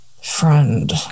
friend